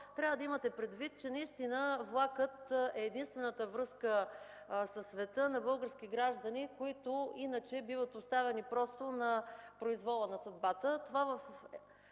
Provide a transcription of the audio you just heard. трябва да имате предвид, че наистина влакът е единствената връзка със света на български граждани, които иначе биват оставени просто на произвола на съдбата.